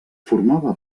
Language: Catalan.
formava